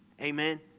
Amen